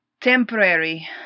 temporary